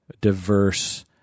diverse